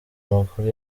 amakuru